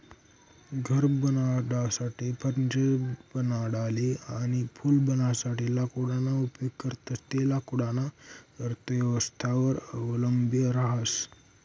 घर बनाडासाठे, फर्निचर बनाडाले अनी पूल बनाडासाठे लाकूडना उपेग करतंस ते लाकूडना अर्थव्यवस्थावर अवलंबी रहास